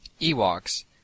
Ewoks